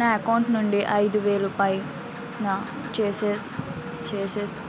నా అకౌంట్ నుండి ఐదు వేలు పైన చేసిన